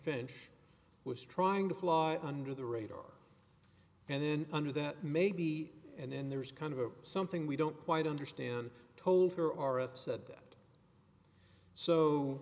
finch was trying to fly under the radar and then under that maybe and then there's kind of something we don't quite understand told her are upset